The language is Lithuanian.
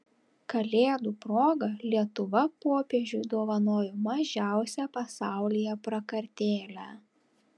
kalėdų proga lietuva popiežiui dovanojo mažiausią pasaulyje prakartėlę